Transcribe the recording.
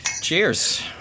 Cheers